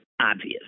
obvious